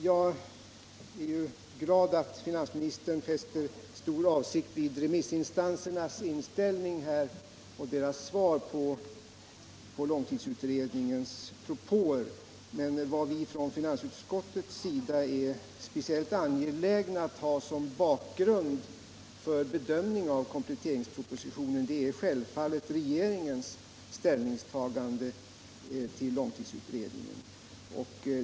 Jag är glad att finansministern fäster stort avseende vid remissinstansernas inställning och deras svar på långtidsutredningens propåer. Från utskottets sida är vi emellertid angelägna att som bakgrund för bedömning av kompletteringspropositionen ha regeringens ställningstagande till långtidsutredningen.